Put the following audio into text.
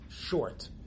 Short